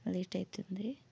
late అవుతుంది